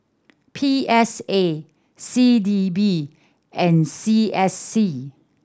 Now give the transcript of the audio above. P S A C D B and C S C